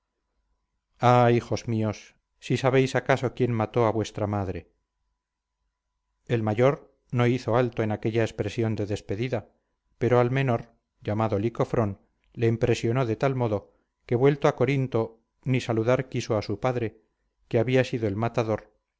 ah hijos míos si sabéis acaso quién mató a vuestra madre el mayor no hizo alto en aquella expresión de despedida pero al menor llamado licofrón le impresionó de tal modo que vuelto a corinto ni saludar quiso a su padre que había sido el matador